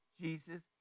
Jesus